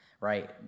right